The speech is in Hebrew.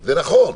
זה נכון,